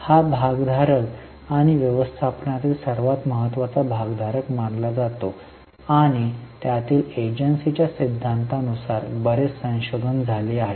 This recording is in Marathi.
हा भागधारक आणि व्यवस्थापनामधील सर्वात महत्वाचा भागधारक मानला जातो आणि त्यातील एजन्सीच्या सिद्धांतानुसार बरेच संशोधन झाले आहे